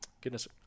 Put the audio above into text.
goodness